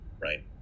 Right